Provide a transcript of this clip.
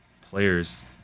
players